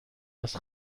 است